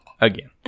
Again